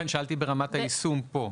לכן שאלתי ברמת היישום פה.